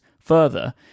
further